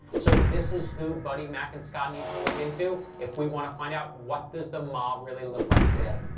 so this is who buddy, mac, and scott need to look into if we want to find out what does the mob really look like today?